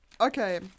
Okay